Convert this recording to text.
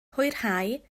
hwyrhau